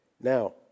Now